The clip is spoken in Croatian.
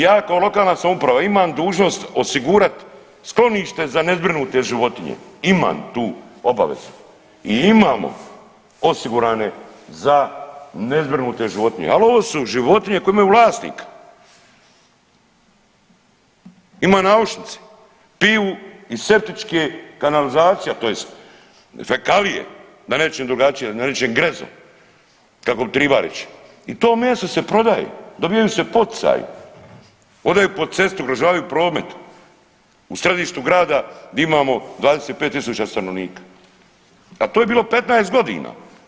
Ja kao lokalna samouprava imam dužnost osigurat sklonište za nezbrinute životinje, imam tu obavezu, i imamo osigurane za nezbrinute životinje al ovo su životinje koje imaju vlasnika, imaju naušnice, piju iz septičke kanalizacije, a tj. fekalije da ne rečem drugačije, da ne rečem grezo kako bi triba reć i to meso se prodaje, dobijaju se poticaji, odaju po cesti, ugrožavaju promet u središtu grada di imamo 25 tisuća stanovnika, a to je bilo 15.g.